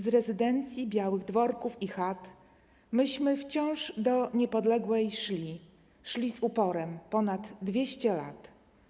Z rezydencji, białych dworków i chat Myśmy wciąż do Niepodległej szli, Szli z uporem, ponad dwieście lat!